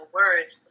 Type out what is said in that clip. words